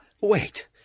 Wait